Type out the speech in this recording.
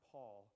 Paul